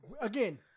Again